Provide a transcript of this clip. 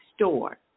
store